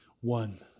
one